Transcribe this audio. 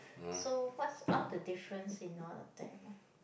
so what's all the difference in all of them